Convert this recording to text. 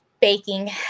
baking